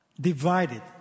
Divided